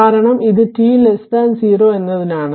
കാരണം ഇത് ടി 0 എന്നതിനാണ്